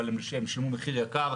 אבל הם שילמו מחיר יקר,